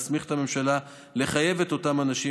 מוצע להסמיך את הממשלה לחייב את אותם אנשים